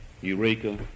Eureka